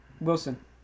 Wilson